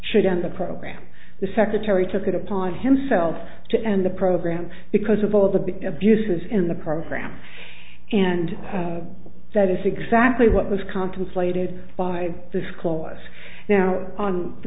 should end the program the secretary took it upon himself to end the program because of all the big abuses in the program and that is exactly what was contemplated by this clause now on the